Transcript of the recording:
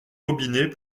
robinet